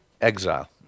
Exile